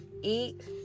eat